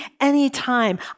anytime